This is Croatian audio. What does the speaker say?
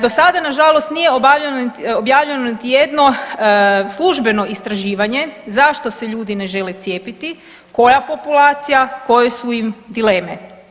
Do sada nažalost nije obavljeno, objavljeno niti jedno službeno istraživanje zašto se ljudi ne žele cijepiti, koja populacija, koje su im dileme.